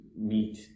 meet